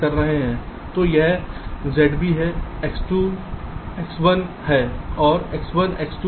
तो यह Z भी X1 और X2 है और X1 X2 का है